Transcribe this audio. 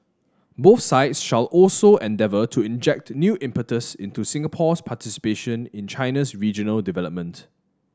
both sides shall also endeavour to inject new impetus into Singapore's participation in China's regional development